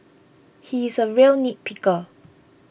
he is a real nitpicker